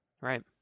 right